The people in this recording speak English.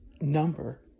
number